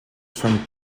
son